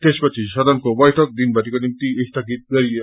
त्यसपछि सदनको बैइक दिनभरिको नित् स्थगित गरियो